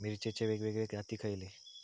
मिरचीचे वेगवेगळे जाती खयले?